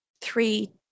three